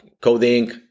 coding